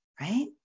right